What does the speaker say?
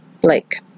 Blake